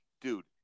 dude